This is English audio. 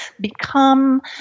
become